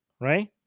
right